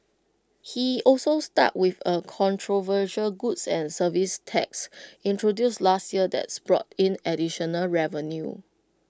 he also stuck with A controversial goods and services tax introduced last year that's brought in additional revenue